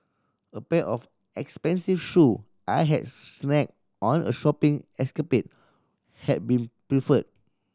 a pair of expensive shoe I had snagged on a shopping escapade had been pilfered